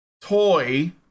toy